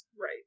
Right